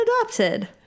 adopted